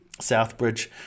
Southbridge